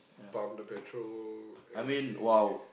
pump the petrol everything